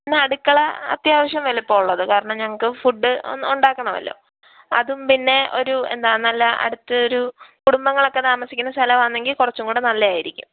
പിന്നെ അടുക്കള അത്യാവശ്യം വലുപ്പം ഉള്ളത് കാരണം ഞങ്ങൾക്ക് ഫുഡ് ഒന്ന് ഉണ്ടാക്കണമല്ലോ അതും പിന്നെ ഒരു എന്താണ് നല്ല അടുത്ത് ഒരു കുടുമ്പങ്ങളൊക്കെ താമസിക്കുന്ന സ്ഥലം ആണെങ്കിൽ കുറച്ചും കൂടെ നല്ലതായിരിക്കും